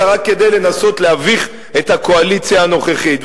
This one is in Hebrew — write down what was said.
רק כדי לנסות להביך את הקואליציה הנוכחית.